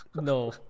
No